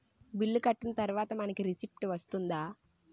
Bill కట్టిన తర్వాత మనకి రిసీప్ట్ వస్తుందా?